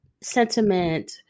sentiment